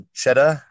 cheddar